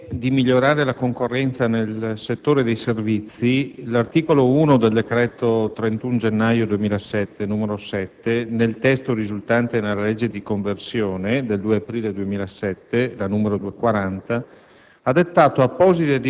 al fine di migliorare la concorrenza nel settore dei servizi, l'articolo 1 del decreto-legge 31 gennaio 2007, n. 7, nel testo risultante dalla legge di conversione 2 aprile 2007, n. 40,